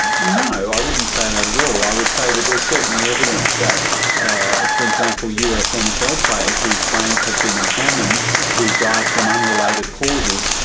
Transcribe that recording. no, i wouldn't say that at all, i would say that there is certainly evidence that for example us nfl players whose brains have been examined who've died from unrelated causes,